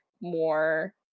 more